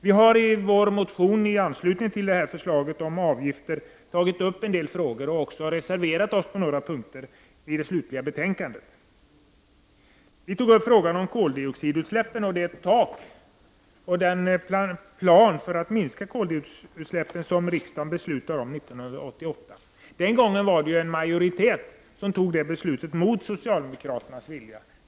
Vi har i vår motion i anslutning till förslaget om avgifter tagit upp en del frågor, och vi har också reserverat oss på en del punkter i det slutliga betänkandet. Centern har tagit upp frågan om koldioxidutsläppen och det tak och den plan för att minska koldioxidutsläppen som riksdagen beslutade om år 1988. Den gången var det en majoritet som fattade beslutet mot socialdemokraternas vilja.